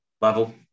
level